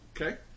Okay